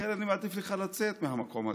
לכן עדיף לך לצאת מהמקום הזה,